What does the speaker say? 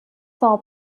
son